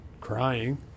crying